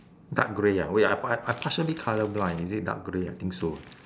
dark grey ah wait ah I part~ I par~ partially colour blind is it dark grey I think so